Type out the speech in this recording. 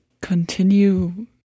continue